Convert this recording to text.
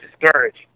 discouraged